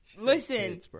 Listen